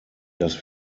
dass